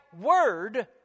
word